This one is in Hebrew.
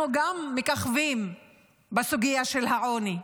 אנחנו גם מככבים בסוגיה של העוני.